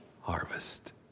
harvest